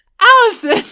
Allison